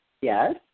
Yes